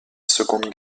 seconde